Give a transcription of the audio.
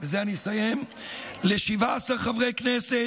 ובזה אני אסיים, ל-17 חברי הכנסת